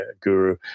guru